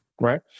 right